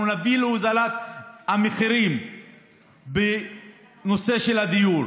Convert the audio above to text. אנחנו נביא להורדת המחירים בנושא של הדיור.